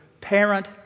parent